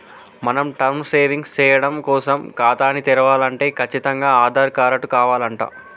మనం term savings సేయడం కోసం ఖాతాని తెరవలంటే కచ్చితంగా ఆధార్ కారటు కావాలంట